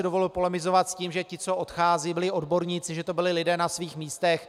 Dovolil bych si polemizovat s tím, že ti, co odcházejí, byli odborníci, že to byli lidé na svých místech.